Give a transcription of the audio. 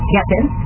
Captain